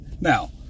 Now